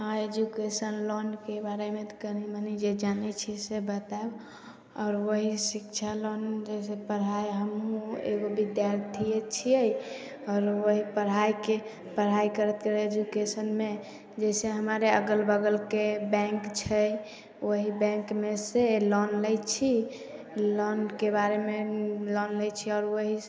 हँ एजुकेशन लोनके बारेमे तऽ कनी मनी जे जानै छी से बतायब आओर ओहि शिक्षा लोन जाहिसऽ पढ़ाइ हमहु एगो बिद्यार्थिए छियै आओर ओहि पढ़ाइके पढ़ाइ करैत करैत एजुकेशनमे जाहिसऽ हमर अगल बगलके बैंक छै ओहि बैंकमे से लोन लै छी लोनके बारेमे लोन लै छी आओर ओहि